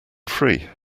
free